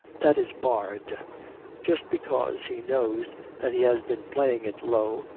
that is barred just because he knows that he has been playing it low,